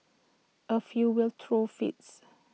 A few will throw fits